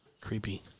Creepy